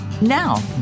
Now